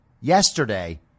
yesterday